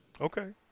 Okay